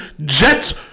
Jets